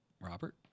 Robert